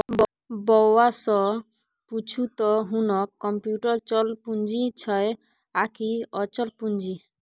बौआ सँ पुछू त हुनक कम्युटर चल पूंजी छै आकि अचल पूंजी